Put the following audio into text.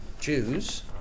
Jews